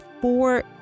four